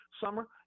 summer